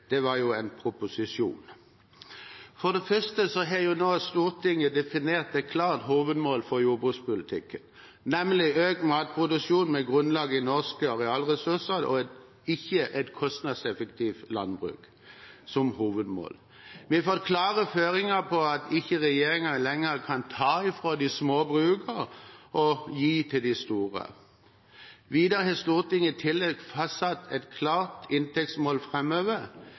Det var jo en proposisjon. For det første har nå Stortinget definert et klart hovedmål for jordbrukspolitikken, nemlig økt matproduksjon med grunnlag i norske arealressurser – ikke et kostnadseffektivt landbruk som hovedmål. Vi får klare føringer på at ikke regjeringen lenger kan ta fra de små brukene og gi til de store. Videre har Stortinget i tillegg fastsatt et klart inntektsmål